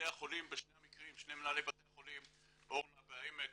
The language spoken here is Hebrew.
בשני המקרים שני מנהלי בתי החולים אורנה בהעמק